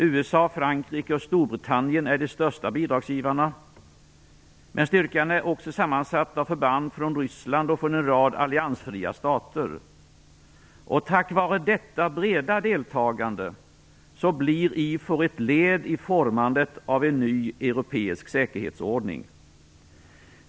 USA, Frankrike och Storbritannien är de största bidragsgivarna, men styrkan är också sammansatt av förband från Ryssland och från en rad alliansfria stater. Tack vare detta breda deltagande blir IFOR ett led i formandet av en ny europeisk säkerhetsordning.